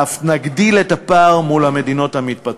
אלא אף נגדיל את הפער למול המדינות המפותחות'".